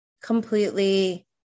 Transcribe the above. completely